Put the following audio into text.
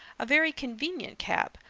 a very convenient cap,